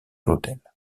l’hôtel